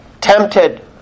tempted